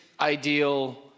ideal